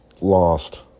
lost